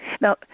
Now